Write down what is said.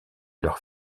leur